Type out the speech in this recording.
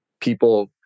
people